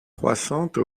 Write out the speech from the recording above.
croissante